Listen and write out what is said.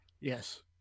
Yes